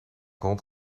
rond